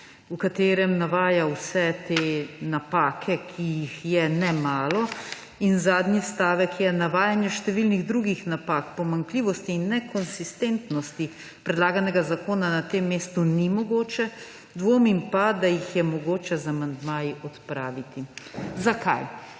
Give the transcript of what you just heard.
v katerem navaja vse te napake, ki jih je nemalo. In zadnji stavek je: »Navajanje številnih drugih napak, pomanjkljivosti in nekonsistentnosti predlaganega zakona na tem mestu ni mogoče. Dvomim pa, da jih je mogoče z amandmaji odpraviti.« Zakaj?